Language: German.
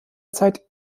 zeit